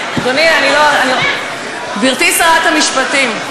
גברתי שרת המשפטים,